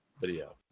video